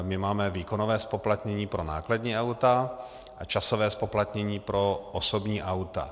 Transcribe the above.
My máme výkonové zpoplatnění pro nákladní auta a časové zpoplatnění pro osobní auta.